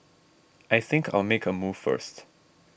I think I'll make a move first